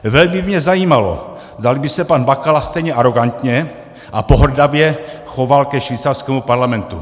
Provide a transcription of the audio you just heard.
Velmi by mě zajímalo, zdali by se pan Bakala stejně arogantně a pohrdavě choval ke švýcarskému parlamentu.